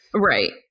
Right